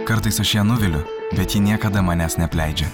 kartais aš ją nuviliu bet ji niekada manęs neapleidžia